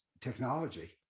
technology